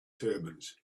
turbans